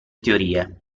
teorie